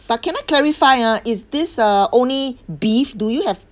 but can I clarify ah is this uh only beef do you have